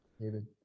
David